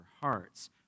hearts